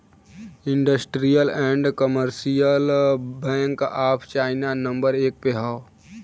industrial and commercial bank of China number एक पे हौ